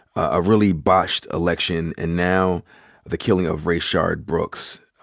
a really botched election, and now the killing of rayshard brooks.